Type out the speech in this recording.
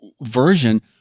version